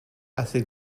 assez